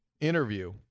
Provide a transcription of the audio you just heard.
interview